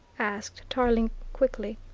asked tarling quickly.